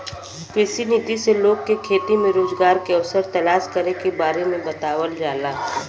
कृषि नीति से लोग के खेती में रोजगार के अवसर तलाश करे के बारे में बतावल जाला